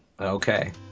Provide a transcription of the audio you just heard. Okay